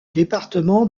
département